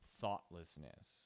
thoughtlessness